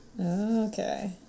Okay